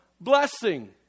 blessing